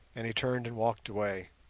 and he turned and walked away,